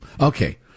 Okay